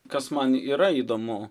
kas man yra įdomu